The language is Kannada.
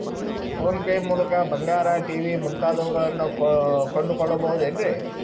ಫೋನ್ ಪೇ ಮೂಲಕ ಬಂಗಾರ, ಟಿ.ವಿ ಮುಂತಾದವುಗಳನ್ನ ಕೊಂಡು ಕೊಳ್ಳಬಹುದೇನ್ರಿ?